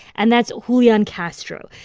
and that's julian castro.